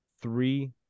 three